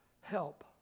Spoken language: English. help